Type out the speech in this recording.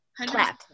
Clap